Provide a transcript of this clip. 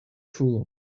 fool